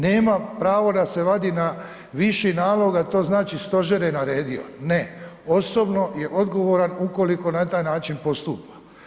Nema pravo da se vadi na viši nalog, a to znači stožer je naredio, ne, osobno je odgovoran ukoliko na taj način postupa.